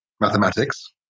mathematics